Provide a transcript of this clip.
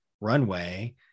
runway